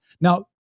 Now